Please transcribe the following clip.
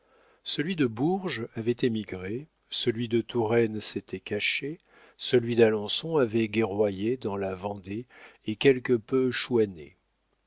celui de bourges avait émigré celui de touraine s'était caché celui d'alençon avait guerroyé dans la vendée et quelque peu chouanné